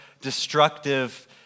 destructive